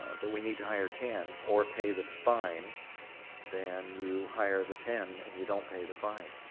that we need to hire ten or pay the fine then you hire the ten and you don't pay the fine.